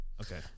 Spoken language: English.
Okay